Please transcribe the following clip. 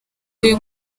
uyu